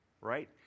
right